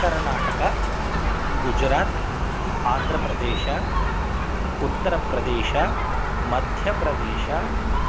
कर्णाटक गुजरात् आन्ध्रप्रदेशः उत्तरप्रदेशः मध्यप्रदेशः